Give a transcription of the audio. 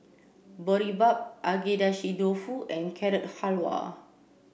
Boribap Agedashi Dofu and Carrot Halwa